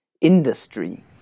industry